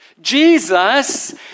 Jesus